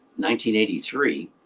1983